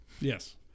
Yes